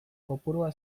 kopurua